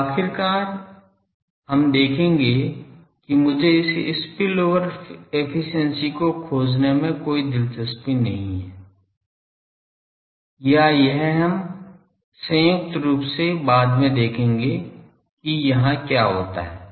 अब आखिरकार हम देखेंगे कि मुझे इस स्पिल ओवर एफिशिएंसी को खोजने में कोई दिलचस्पी नहीं है या यह हम संयुक्त रूप से बाद में देखेंगे कि यहां क्या होता है